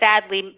sadly